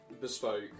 bespoke